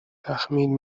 تخمین